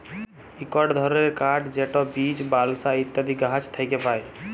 ইকট ধরলের কাঠ যেট বীচ, বালসা ইত্যাদি গাহাচ থ্যাকে পায়